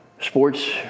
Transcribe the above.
sports